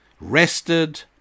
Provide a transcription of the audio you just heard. rested